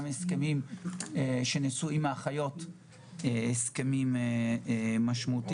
גם ההסכמים שנעשו עם האחיות הם הסכמים משמעותיים.